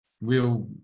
real